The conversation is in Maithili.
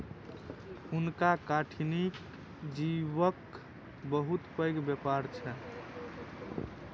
हुनका कठिनी जीवक बहुत पैघ व्यापार छैन